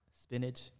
Spinach